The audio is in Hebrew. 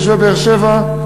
תושבי באר-שבע,